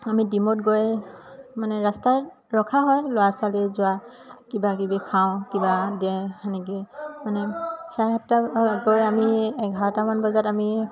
আমি ডিমৌত গৈ মানে ৰাস্তাত ৰখা হয় ল'ৰা ছোৱালী যোৱা কিবা কিবি খাওঁ কিবা দে সেনেকে মানে চাৰে সাতটাত গৈ আমি এঘাৰটামান বজাত আমি